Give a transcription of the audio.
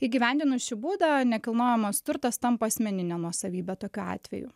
įgyvendinus šį būdą nekilnojamas turtas tampa asmenine nuosavybe tokiu atveju